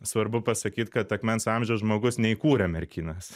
svarbu pasakyt kad akmens amžiaus žmogus neįkūrė merkinės